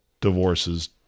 divorces